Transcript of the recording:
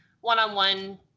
one-on-one